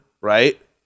right